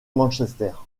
manchester